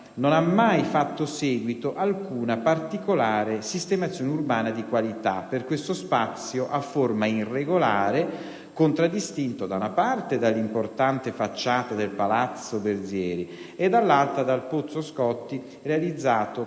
non ha mai fatto seguito alcuna particolare sistemazione urbana di qualità per questo spazio a forma irregolare contraddistinto, da una parte, dall'importante facciata del palazzo Berzieri e, dall'altra, dal Pozzo Scotti, realizzato con cemento